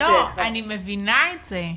אני מבינה את זה.